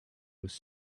was